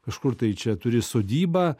kažkur tai čia turi sodybą